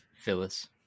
Phyllis